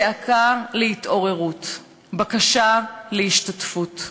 זעקה להתעוררות, בקשה להשתתפות.